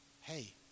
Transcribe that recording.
hey